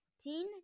Teen